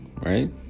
right